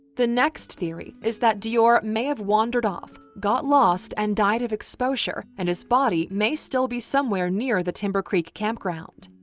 the next theory is that deorr may have wandered off, got lost and died of exposure and his body may still be somewhere near the timber creek campground.